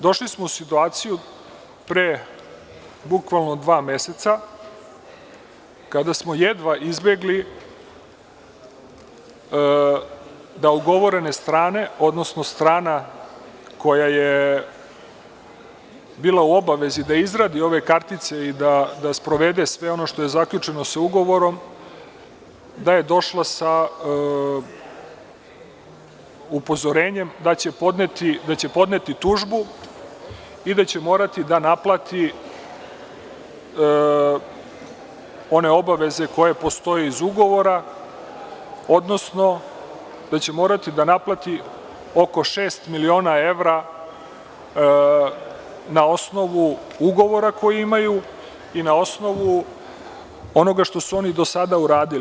Došli smo u situaciju pre dva meseca, kada smo jedva izbegli da ugovorene strane odnosno strana koja je bila u obavezi da izradi ove kartice i da sprovede sve ono što je zaključeno ugovorom, došla je sa upozorenjem da će podneti tužbu i da će morati da naplati one obaveze koje postoje iz ugovora, odnosno da će morati da naplati oko šest miliona evra na osnovu ugovora koji imaju i na osnovu onoga što su oni do sada uradili.